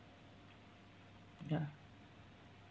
ya